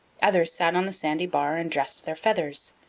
others sat on the sandy bar and dressed their feathers.